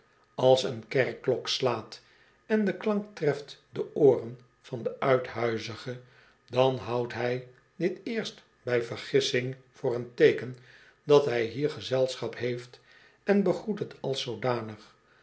als een kerkklok slaat en de klank treft de ooren van den uithuizige dan houdt hij dit eerst bij vergissing voor een teeken dat hij hier gezelschap heeft en begroet het als zoodanig